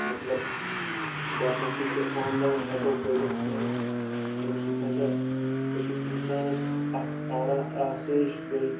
مطلب گۄڈٕنیٚتھٕے چھُ آن لاین ہٮ۪کو پٔرِتھ کینٛہہ ییٚمہِ سۭتۍ ہسا أکِس اِنسانس اکھ آرا آسٲیِش گٔیے